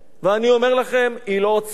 ואני אומר לכם: היא לא עוצרת,